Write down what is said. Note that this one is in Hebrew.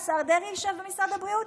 אתה יודע מי ישב במשרד הבריאות?